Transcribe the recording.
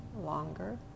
longer